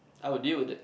I would deal with it